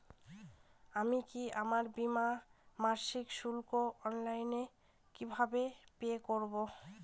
আমি কি আমার বীমার মাসিক শুল্ক অনলাইনে কিভাবে পে করব?